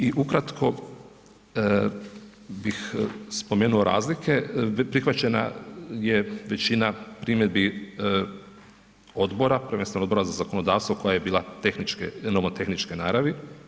I ukratko bih spomenuo razlike, prihvaćena je većina primjedbi odbora, prvenstveno Odbora za zakonodavstvo koja je bila nomotehničke naravi.